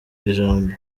ijambo